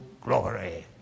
glory